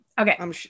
Okay